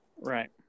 Right